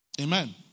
Amen